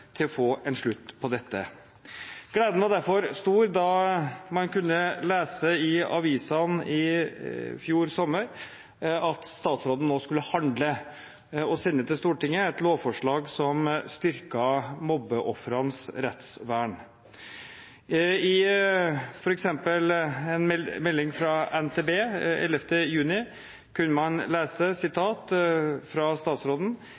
til å få en slutt på dette. Gleden var derfor stor da man kunne lese i avisene i fjor sommer at statsråden nå skulle handle og sende til Stortinget et lovforslag som styrket mobbeofrenes rettsvern. I f.eks. en melding fra NTB 11. juni kunne man lese noe statsråden